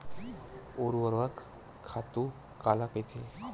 ऊर्वरक खातु काला कहिथे?